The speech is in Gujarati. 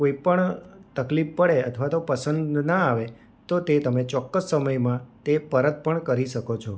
કોઇપણ તકલીફ પડે અથવા તો પસંદ ન આવે તો તે તમે ચોક્કસ સમયમાં તે પરત પણ કરી શકો છો